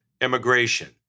Immigration